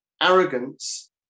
arrogance